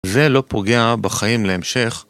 זה לא פוגע בחיים להמשך.